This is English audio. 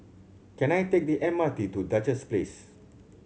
can I take the M R T to Duchess Place